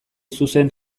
zuzen